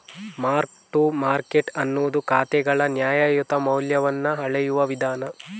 mark to market ಅನ್ನುದು ಖಾತೆಗಳ ನ್ಯಾಯಯುತ ಮೌಲ್ಯವನ್ನ ಅಳೆಯುವ ವಿಧಾನ